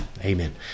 amen